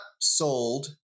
sold